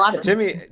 timmy